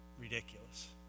ridiculous